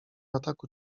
ataku